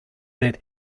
that